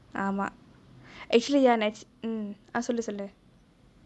ஆமா:aama actually ya mm நெனச்சே~:nenaiche~